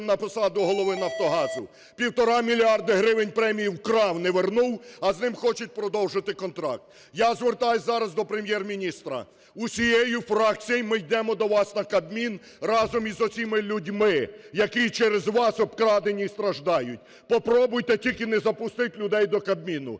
на посаду голови "Нафтогазу". Півтора мільярди гривень премії вкрав, не вернув, а з ним хочуть продовжити контракт. Я звертаюсь зараз до Прем'єр-міністра. Усією фракцією ми йдемо до вас на Кабмін разом із оцими людьми, які через вас обкрадені і страждають. Попробуйте тільки не запустить людей до Кабміну.